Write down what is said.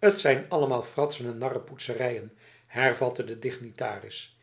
t zijn allemaal fratsen en narrepoetserijen hervatte de dignitaris